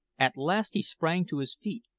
at last he sprang to his feet.